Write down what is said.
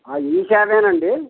ఈసేవేనండీ